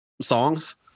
songs